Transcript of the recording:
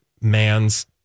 man's